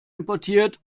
importiert